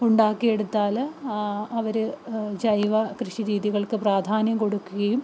ഉണ്ടാക്കിയെടുത്താൽ അവർ ജൈവ കൃഷി രീതികൾക്ക് പ്രാധാന്യം കൊടുക്കുകയും